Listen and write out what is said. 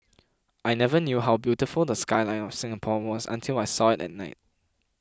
I never knew how beautiful the skyline of Singapore was until I saw it at night